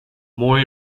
more